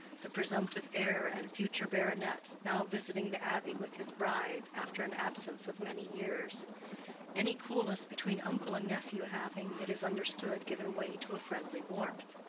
the presumptive heir and future baronet, now visiting the abbey with his bride after an absence of many years any coolness between uncle and nephew having, it is understood, given way to a friendly warmth.